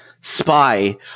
spy